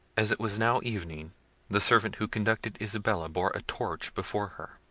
as it was now evening the servant who conducted isabella bore a torch before her.